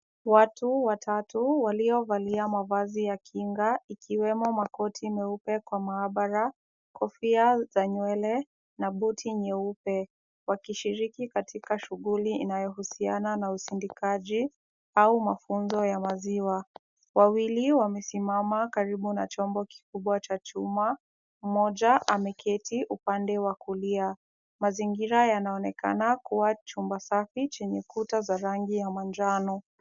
Watu watatu waliovalia mavazi ya kinga ikiwemo makoti meupe kwa maabara, kofia za nywele na buti nyeupe wakishiriki katika shughuli inayohusiana na usindikaji au mafunzo ya maziwa. Wawili wamesimama karibu na chombo kikubwa cha chuma. Mmoja ameketi upande wa kulia. Mazingira yanaonekana kuwa chumba safi chenye kuta za rangi ya manjano.